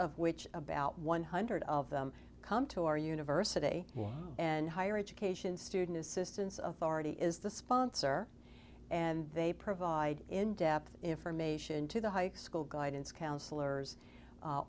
of which about one hundred of them come to our university and higher education student assistance of already is the sponsor and they provide in depth information to the high school guidance counselors